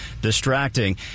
Distracting